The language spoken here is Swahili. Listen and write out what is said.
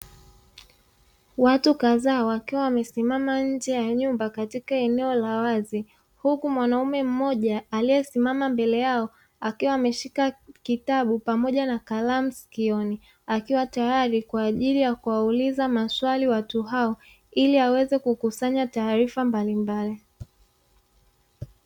Watu kadhaa wakiwa wamesimama nje ya nyumba katika eneo la wazi, huku mwanamume mmoja aliyesimama mbele yao akiwa ameshika kitabu pamoja na kalamu sikioni, akiwa tayari kwa ajili ya kuwauliza maswali watu hao, ili aweze kukusanya taarifa mbalimbali.